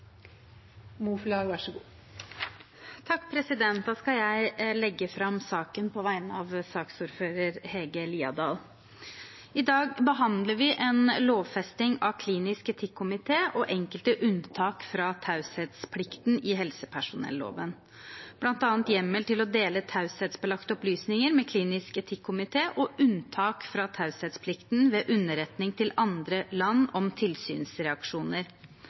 Da skal jeg legge fram saken på vegne av saksordfører Hege Liadal. I dag behandler vi en lovfesting av klinisk etikkomité og enkelte unntak fra taushetsplikten i helsepersonelloven, bl.a. hjemmel til å dele taushetsbelagte opplysninger med klinisk etikkomité og unntak fra taushetsplikten ved underretning til andre land om tilsynsreaksjoner.